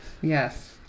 Yes